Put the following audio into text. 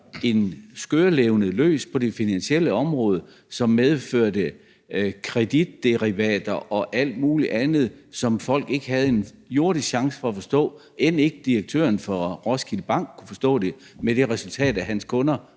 en skørlevned løs på det finansielle område, som medførte kreditderivater og alt muligt andet, som folk ikke havde en jordisk chance for at forstå. End ikke direktøren for Roskilde Bank kunne forstå det – med det resultat, at hans kunder